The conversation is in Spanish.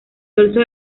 dorso